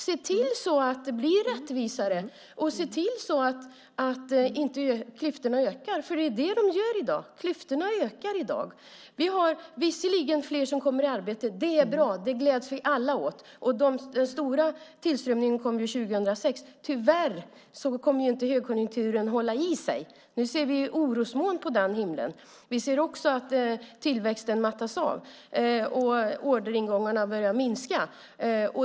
Se till att det blir rättvisare, och se till att inte klyftorna ökar. Det är det de gör i dag. Klyftorna ökar i dag. Vi har visserligen fler som kommer i arbete. Det är bra. Det gläds vi alla åt. Den stora tillströmningen kom ju 2006. Tyvärr kunde inte högkonjunkturen hålla i sig. Vi ser nu orosmoln på himlen. Vi ser också att tillväxten mattas av, och orderingången har börjat minska.